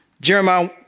Jeremiah